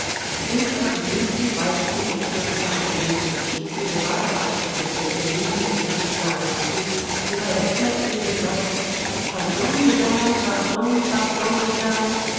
und korsunski walzte mit kürzer abgemessenen schritten gerade auf die gruppe in der linken ecke des saales zu wobei er fortwährend sagte pardon